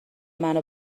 منو